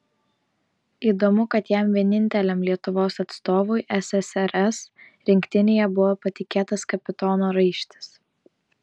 įdomu kad jam vieninteliam lietuvos atstovui ssrs rinktinėje buvo patikėtas kapitono raištis